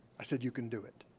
i said, you can do it.